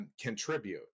contribute